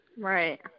Right